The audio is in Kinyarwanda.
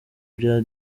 bya